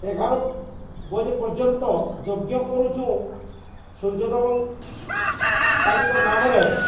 ଏଗାର ବଜେ ପର୍ଯ୍ୟନ୍ତ ଯଜ୍ଞ କରୁଛୁଁ ସୂର୍ଯ୍ୟଦେବଙ୍କ ତାଙ୍କର ନାମରେ